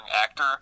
actor